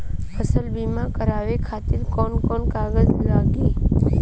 फसल बीमा करावे खातिर कवन कवन कागज लगी?